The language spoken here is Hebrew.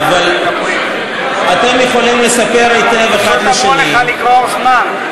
פשוט אמרו לך לגרור זמן.